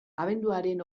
abenduaren